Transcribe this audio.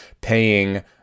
paying